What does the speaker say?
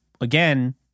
again